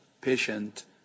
patient